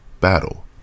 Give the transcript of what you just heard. battle